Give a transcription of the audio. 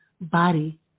body